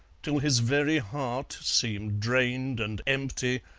till his very heart seemed drained and empty,